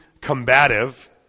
combative